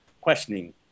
questioning